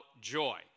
joy